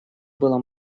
было